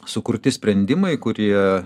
sukurti sprendimai kurie